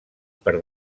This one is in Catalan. per